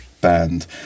band